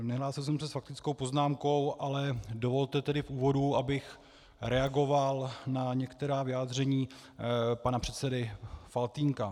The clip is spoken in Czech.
Nehlásil jsem se s faktickou poznámkou, ale dovolte tedy v úvodu, abych reagoval na některá vyjádření pana předsedy Faltýnka.